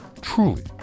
Truly